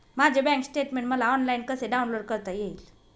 माझे bank statement मला online कसे डाउनलोड करता येईल?